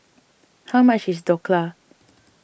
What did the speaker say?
how much is Dhokla